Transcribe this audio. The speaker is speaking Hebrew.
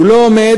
הוא לא עומד,